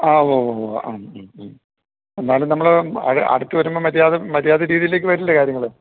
ആ ഊവ്വുവ്വുവ്വ് ഉം ഉം ഉം എന്നാലും നമ്മള് അ അടുത്തുവരുമ്പോള് മര്യാദരീതിയിലേക്കു വരില്ലേ കാര്യങ്ങള്